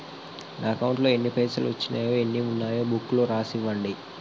నా అకౌంట్లో ఎన్ని పైసలు వచ్చినాయో ఎన్ని ఉన్నాయో బుక్ లో రాసి ఇవ్వండి?